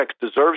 deserves